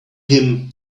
him